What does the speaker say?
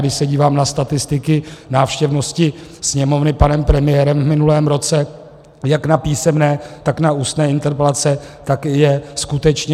Když se dívám na statistiky návštěvnosti Sněmovny panem premiérem v minulém roce jak na písemné, tak na ústní interpelace, tak je skutečně žalostná.